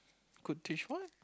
could teach what